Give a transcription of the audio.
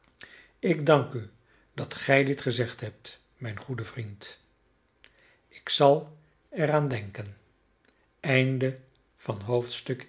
ik dank u dat gij dit gezegd hebt mijn goede vriend ik zal er aan denken